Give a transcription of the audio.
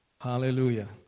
Hallelujah